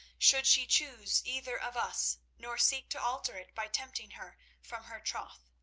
should she choose either of us, nor seek to alter it by tempting her from her troth,